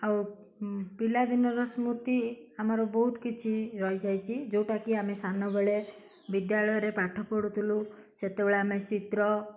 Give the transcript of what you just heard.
ଆଉ ପିଲାଦିନର ସ୍ମୃତି ଆମର ବହୁତ କିଛି ରହିଯାଇଛି ଯେଉଁଟାକି ଆମେ ସାନବେଳେ ବିଦ୍ୟାଳୟରେ ପାଠ ପଢ଼ୁଥିଲୁ ସେତେବେଳେ ଆମେ ଚିତ୍ର